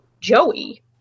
Joey